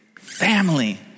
Family